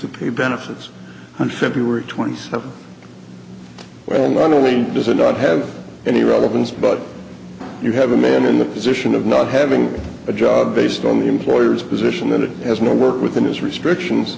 to pay benefits on february twenty seventh well not only does it not have any relevance but you have a man in the position of not having a job based on the employer's position that it has more work within his restrictions